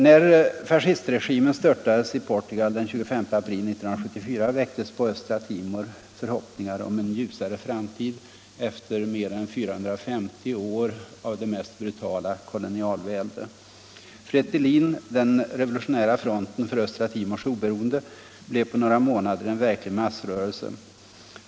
När fascistregimen störtades i Portugal den 25 april 1974 väcktes på östra Timor förhoppningar om en ljusare framtid efter mer än 450 år av det mest brutala kolonialvälde. Fretilin, Den revolutionära fronten för östra Ti mors oberoende, blev på några månader en verklig massrörelse.